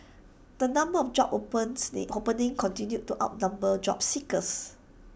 the number of job openings continued to outnumber job seekers